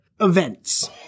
events